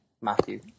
Matthew